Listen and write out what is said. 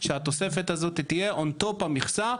שהתוספת הזאת תהיה און טופ המכסה,